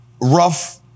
rough